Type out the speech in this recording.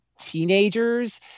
teenagers